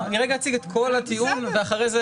אני רגע אציג את כל הטיעון ואחרי זה